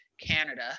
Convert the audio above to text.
Canada